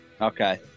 okay